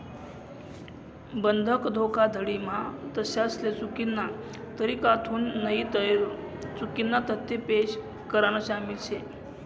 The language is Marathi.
बंधक धोखाधडी म्हा तथ्यासले चुकीना तरीकाथून नईतर चुकीना तथ्य पेश करान शामिल शे